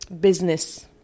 business